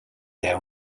their